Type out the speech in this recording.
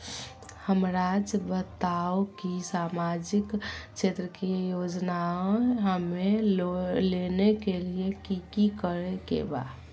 हमराज़ बताओ कि सामाजिक क्षेत्र की योजनाएं हमें लेने के लिए कि कि करे के बा?